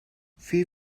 few